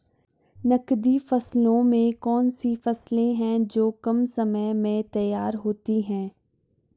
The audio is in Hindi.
नकदी फसलों में कौन सी फसलें है जो कम समय में तैयार होती हैं?